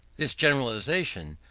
this generalization,